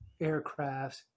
aircrafts